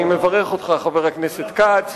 אני מברך אותך, חבר הכנסת כץ.